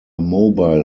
mobile